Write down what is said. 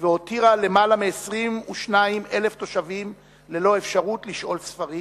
והותירה למעלה מ-22,000 תושבים ללא אפשרות לשאול ספרים.